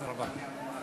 תודה רבה.